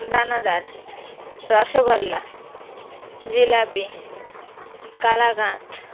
দানাদার রসগোল্লা জিলিপি কালাকাঁদ